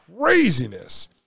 craziness